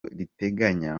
riteganya